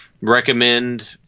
recommend